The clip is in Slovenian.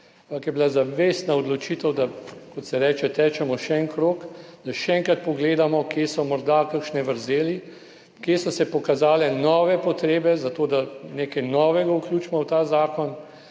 je bila zavestna odločitev, da, kot se reče, tečemo še en krog, da še enkrat pogledamo, kje so morda kakšne vrzeli, kje so se pokazale nove potrebe za to, da nekaj novega vključimo v ta zakon,